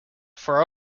for